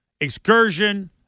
excursion